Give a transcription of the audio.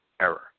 error